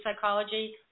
psychology